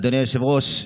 אדוני היושב-ראש,